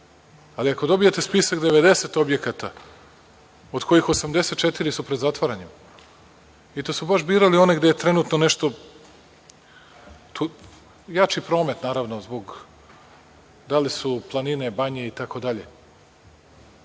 ali ako dobijete spisak 90 objekata, od kojih 84 su pred zatvaranjem i to su baš birali one gde je trenutno nešto, jači promet, da li su planine, banje, itd, da